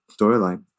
storyline